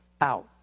out